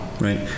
right